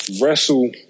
wrestle